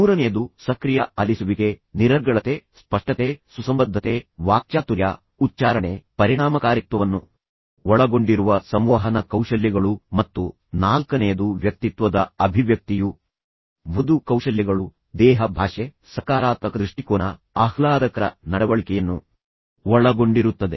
ಮೂರನೆಯದು ಸಕ್ರಿಯ ಆಲಿಸುವಿಕೆ ನಿರರ್ಗಳತೆ ಸ್ಪಷ್ಟತೆ ಸುಸಂಬದ್ಧತೆ ವಾಕ್ಚಾತುರ್ಯ ಉಚ್ಚಾರಣೆ ಪರಿಣಾಮಕಾರಿತ್ವವನ್ನು ಒಳಗೊಂಡಿರುವ ಸಂವಹನ ಕೌಶಲ್ಯಗಳು ಮತ್ತು ನಾಲ್ಕನೆಯದು ವ್ಯಕ್ತಿತ್ವದ ಅಭಿವ್ಯಕ್ತಿಯು ಮೃದು ಕೌಶಲ್ಯಗಳು ದೇಹ ಭಾಷೆ ಸಕಾರಾತ್ಮಕ ದೃಷ್ಟಿಕೋನ ಆಹ್ಲಾದಕರ ನಡವಳಿಕೆಯನ್ನು ಒಳಗೊಂಡಿರುತ್ತದೆ